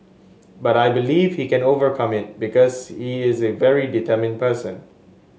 but I believe he can overcome it because he is a very determined person